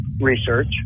research